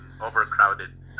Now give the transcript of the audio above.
overcrowded